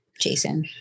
Jason